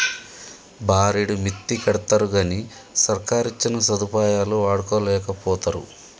బారెడు మిత్తికడ్తరుగని సర్కారిచ్చిన సదుపాయాలు వాడుకోలేకపోతరు